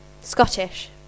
Scottish